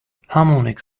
harmonic